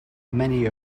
many